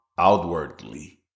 outwardly